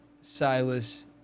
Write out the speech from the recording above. Silas